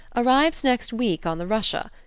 arrives next week on the russia.